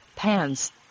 pants